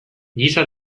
giza